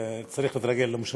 צריך להתרגל למושבים.